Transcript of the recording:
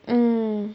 mm